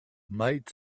might